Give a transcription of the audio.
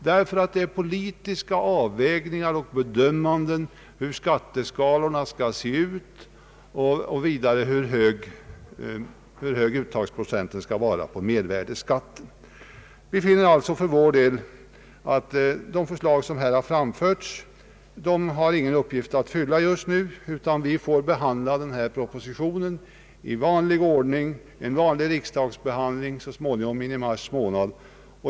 Det är nämligen politiska avvägningar och bedömningar som avgör hur skatteskalorna skall se ut och vidare hur hög uttagsprocenten skall vara på mervärdeskatten. Vi finner alltså för vår del att de förslag som framförts i motioner och reservationer inte har någon uppgift att fylla just nu, utan vi får behandla denna proposition i vanlig ordning, med vanlig riksdagsbehandling, i mars månad.